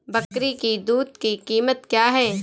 बकरी की दूध की कीमत क्या है?